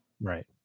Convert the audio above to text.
Right